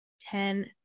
Ten